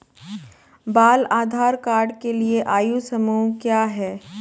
बाल आधार कार्ड के लिए आयु समूह क्या है?